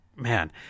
man